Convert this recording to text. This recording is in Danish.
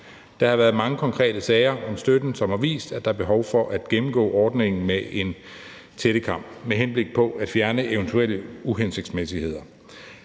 Der har været mange konkrete sager i forbindelse med støtten, som har vist, at der er behov for at gennemgå ordningen med en tættekam med henblik på at fjerne eventuelle uhensigtsmæssigheder,